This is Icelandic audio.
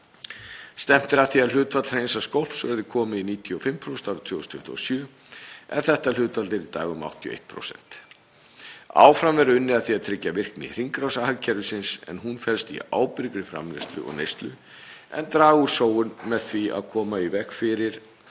Stefnt er að því að hlutfall hreinsaðs skólps verði komið í 95% árið 2027 en þetta hlutfall er í dag um 81%. Áfram verður unnið að því að tryggja virkni hringrásarhagkerfisins en hún felst í ábyrgri framleiðslu og neyslu og draga úr sóun með því að koma í veg fyrir